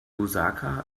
lusaka